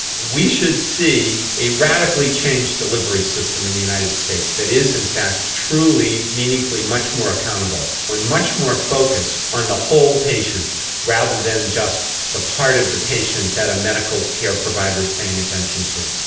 we should see a radically changed delivery system in the united states that is in fact truly meaningfully much more accountable, and much more focused on the whole patient rather than just the part of the patient that a medical care provider is paying attention to.